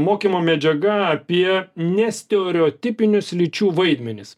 mokymo medžiaga apie nestereotipinius lyčių vaidmenis